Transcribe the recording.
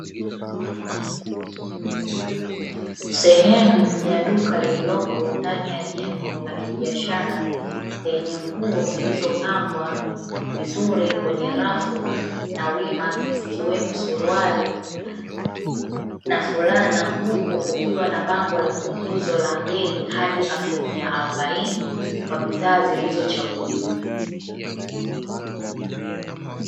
Sehemu ya duka lililoko ndani ya jengo la kibiashara, lenye nguo zilizopangwa vizuri kwenye rafu na wima zikiwemo suruali na fulana huku kukiwa na bango la punguzo la bei hadi asilimia arobaini, kwa bidhaa zilizochaguliwa.